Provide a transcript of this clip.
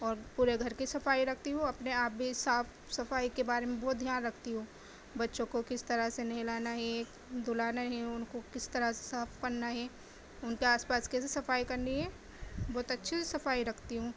اور پورے گھر کی صفائی رکھتی ہوں اپنے آپ بھی صاف صفائی کے بارے میں بہت دھیان رکھتی ہوں بچوں کو کس طرح سے نہلانا ہے دھلانا ہے ان کو کس طرح سے صاف کرنا ہے ان کے آس پاس کیسے صفائی کرنی ہے بہت اچھے سے صفائی رکھتی ہوں